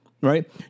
right